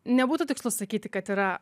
nebūtų tikslu sakyti kad yra